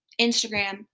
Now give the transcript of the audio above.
Instagram